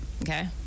Okay